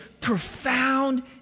profound